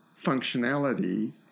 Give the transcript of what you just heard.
functionality